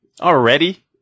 Already